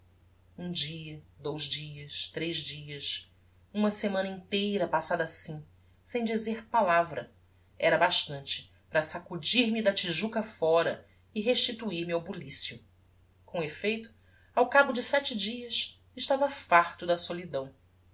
um dia dous dias tres dias uma semana inteira passada assim sem dizer palavra era bastante para sacudir me da tijuca fóra e restituir-me ao bulicio com effeito ao cabo de sete dias estava farto da solidão